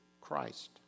Christ